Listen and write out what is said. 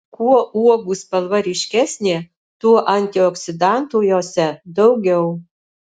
kuo uogų spalva ryškesnė tuo antioksidantų jose daugiau